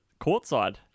Courtside